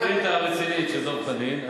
אני חוזר לקטע הרציני של דב חנין.